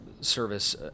service